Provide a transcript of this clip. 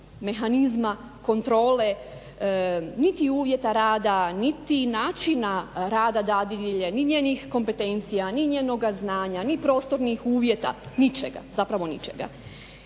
mehanizma, kontrole niti uvjeta rada, niti načina rada dadilje ni njenih kompetencija ni njenoga znanja, ni prostornih uvjeta, ničega, zapravo ničega.